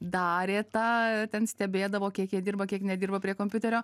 darė tą ten stebėdavo kiek jie dirba kiek nedirba prie kompiuterio